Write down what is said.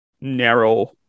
narrow